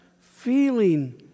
feeling